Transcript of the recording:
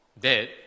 dead